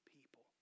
people